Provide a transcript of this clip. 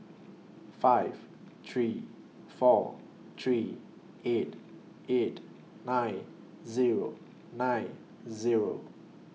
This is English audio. five three four three eight eight nine Zero nine Zero